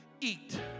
eat